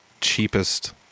cheapest